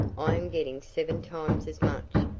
i am getting seven times as much,